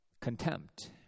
contempt